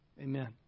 Amen